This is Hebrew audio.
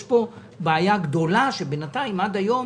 יש פה בעיה גדולה, שעד היום